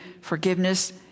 forgiveness